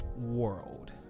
world